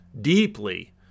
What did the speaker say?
deeply